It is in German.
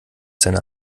seiner